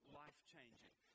life-changing